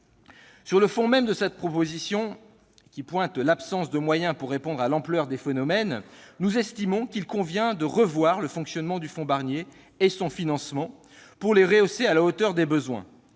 Sur le fond même de cette proposition de loi, qui souligne l'absence de moyens pour répondre à l'ampleur des phénomènes, nous jugeons nécessaire de revoir le fonctionnement du fonds Barnier et son financement pour le ramener à la hauteur des besoins.